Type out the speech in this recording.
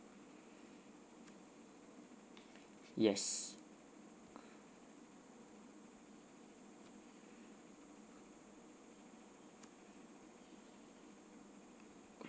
yes